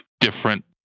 different